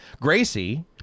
Gracie